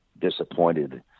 disappointed